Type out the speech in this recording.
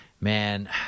man